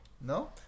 No